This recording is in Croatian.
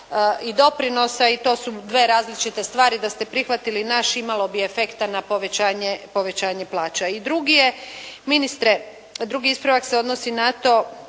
i doprinosa i to su dvije različite stvari. Da ste prihvatili naš imalo bi efekta na povećanje plaća. I drugi je, ministre, drugi ispravak se odnosi na to